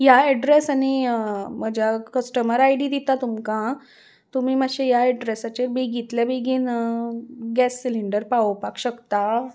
ह्या एड्रेस आनी म्हज्या कस्टमर आय डी दिता तुमकां तुमी मात्शे ह्या एड्रेसाचे बेगीतल्या बेगीन गॅस सिलीिंडर पावोवपाक शकता